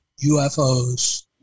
UFOs